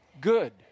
good